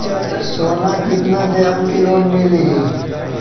सोना कितना देहम की लोन मिली?